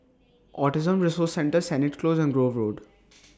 Autism Resource Centre Sennett Close and Grove Road